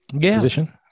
position